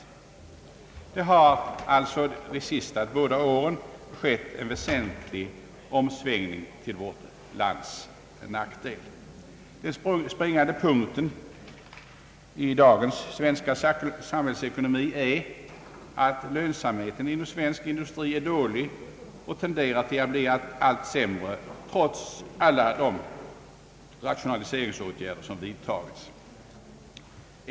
Under de både senaste åren har det skett en väsentlig omsvängning till vårt lands nackdel. Den springande punkten i dagens svenska samhällsekonomi är att lönsamheten inom industrin är dålig och tenderar att bli allt sämre trots alla de rationaliseringsåtgärder som vidtagits.